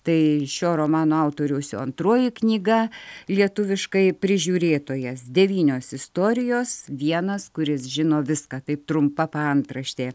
tai šio romano autoriaus jau antroji knyga lietuviškai prižiūrėtojas devynios istorijos vienas kuris žino viską tai trumpa paantraštė